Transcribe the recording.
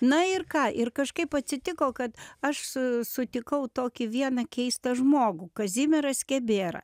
na ir ką ir kažkaip atsitiko kad aš su sutikau tokį vieną keistą žmogų kazimierą skebėrą